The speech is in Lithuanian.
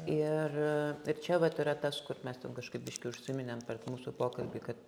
ir ir čia vat yra tas kur mes ten kažkaip biškį užsiminėm per mūsų pokalbį kad